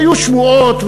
היו שמועות,